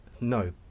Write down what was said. No